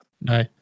No